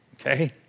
Okay